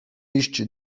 iść